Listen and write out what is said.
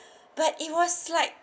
but it was like